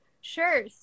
sure